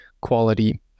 quality